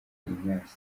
ignace